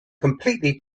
completely